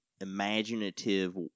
imaginative